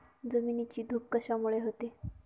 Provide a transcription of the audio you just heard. जमिनीची धूप कशामुळे होते?